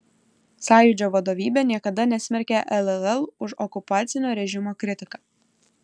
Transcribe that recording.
sąjūdžio vadovybė niekada nesmerkė lll už okupacinio režimo kritiką